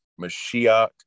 Mashiach